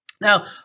now